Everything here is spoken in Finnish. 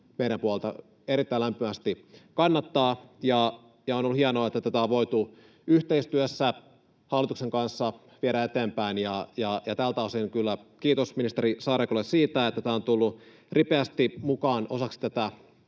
meidän puoleltamme erittäin lämpimästi kannattaa. On ollut hienoa, että tätä on voitu yhteistyössä hallituksen kanssa viedä eteenpäin, ja tältä osin kyllä kiitos ministeri Saarikolle siitä, että tämä on tullut ripeästi mukaan osaksi tätä